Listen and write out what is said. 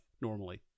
normally